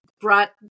brought